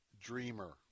dreamer